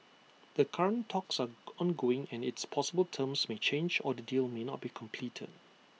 the current talks are ongoing and it's possible terms may change or the deal may not be completed